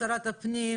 ויש פה שותף יקר שלי,